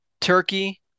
turkey